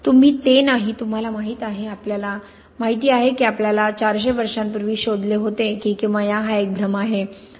तुम्ही ते नाही तुम्हाला माहीत आहे आपल्याला माहीत आहे आपल्याला 400 वर्षांपूर्वी शोधले होते की किमया हा एक भ्रम आहे